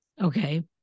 Okay